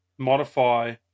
modify